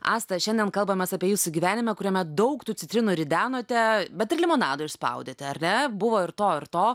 asta šiandien kalbamės apie jūsų gyvenime kuriame daug tų citrinų ridenote bet ir limonado išspaudėte ar ne buvo ir to ir to